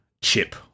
chip